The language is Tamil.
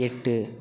எட்டு